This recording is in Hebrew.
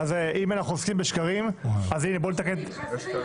אם אנחנו עוסקים בשקרים --- חס וחלילה.